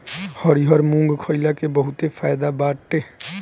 हरिहर मुंग खईला के बहुते फायदा बाटे